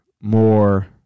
more